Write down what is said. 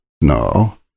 No